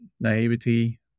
naivety